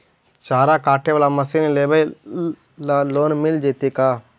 चारा काटे बाला मशीन लेबे ल लोन मिल जितै का?